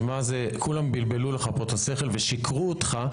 כולם בלבלו לך פה את השכל ושיקרו אותך,